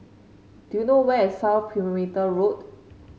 do you know where is South Perimeter Road